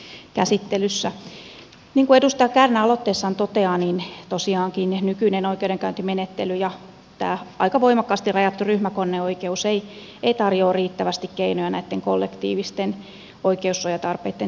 niin kuin edustaja kärnä aloitteessaan toteaa tosiaankin nykyinen oikeudenkäyntimenettely ja tämä aika voimakkaasti rajattu ryhmäkanneoikeus ei tarjoa riittävästi keinoja näitten kollektiivisten oikeussuojatarpeitten tyydyttämiseen